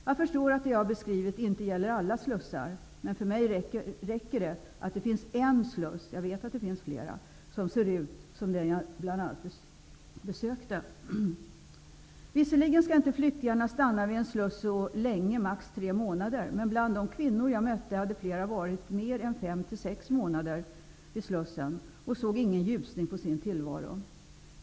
Jag förstår att det jag har beskrivit inte gäller alla slussar, men för mig räcker det att det finns en sluss -- jag vet att det finns flera -- som ser ut som den jag bl.a. besökte. Visserligen skall inte flyktingarna stanna vid en sluss så länge -- max tre månader. Men bland de kvinnor jag mötte hade flera varit där mer än fem sex månader. De såg ingen ljusning på sin tillvaro.